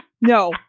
No